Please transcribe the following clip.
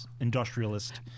industrialist